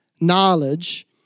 knowledge